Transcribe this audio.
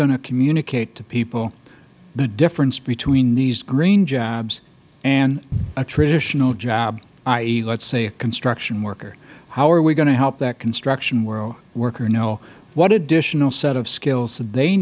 going to communicate to people the difference between these green jobs and a traditional job i e let us say a construction worker how are we going to help that construction worker know what additional set of skills they